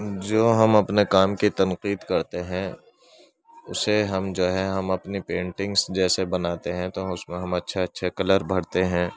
جو ہم اپنے کام کی تنقید کرتے ہیں اسے ہم جو ہے ہم اپنی پینٹنگس جیسے بناتے ہیں تو اس میں ہم اچھے اچھے کلر بھرتے ہیں